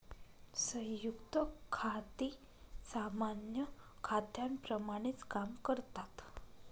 संयुक्त खाती सामान्य खात्यांप्रमाणेच काम करतात